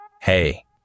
Hey